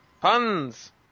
Puns